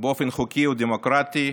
באופן חוקי ודמוקרטי,